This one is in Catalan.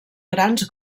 grans